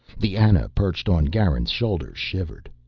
the ana, perched on garin's shoulder, shivered.